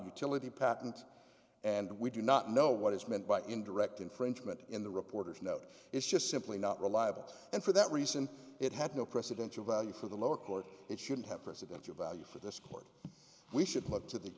utility patent and we do not know what is meant by indirect infringement in the reporter's note it's just simply not reliable and for that reason it had no presidential value for the lower court it shouldn't have presidential value for this court we should look to the